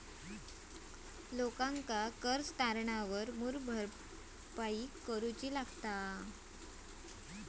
लोकांका कर्ज तारणावर मूळ भरपाई करूची लागता